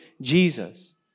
Jesus